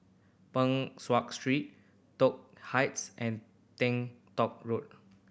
Peng Street Toh Heights and Teng Tong Road